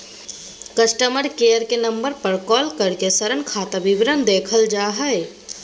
customer care के number पर call करके ऋण खाता विवरण देखल जा हय